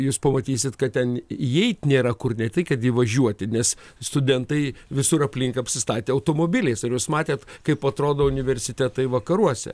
jūs pamatysit kad ten įeit nėra kur ne tik kad įvažiuoti nes studentai visur aplink apsistatę automobiliais ar jūs matėt kaip atrodo universitetai vakaruose